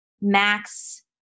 Max